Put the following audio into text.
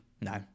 No